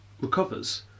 recovers